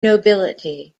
nobility